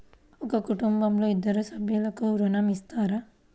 ఒక కుటుంబంలో ఇద్దరు సభ్యులకు ఋణం ఇస్తారా?